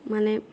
মানে